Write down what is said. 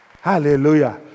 Hallelujah